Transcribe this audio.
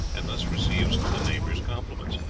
and thus receives the neighbors' compliments.